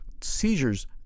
seizures